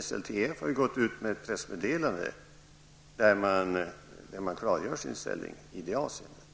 SLTF har ju gått ut med ett pressmeddelande där man klargör sin ställning i det avseendet.